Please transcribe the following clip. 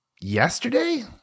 yesterday